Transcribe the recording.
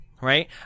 right